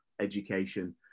education